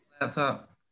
laptop